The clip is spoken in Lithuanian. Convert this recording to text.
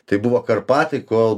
tai buvo karpatai kol